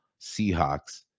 seahawks